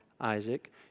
Isaac